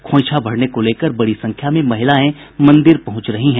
खोइंछा भरने को लेकर बड़ी संख्या में महिलाएं मंदिर पहुंच रही हैं